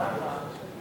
(מתן מידע),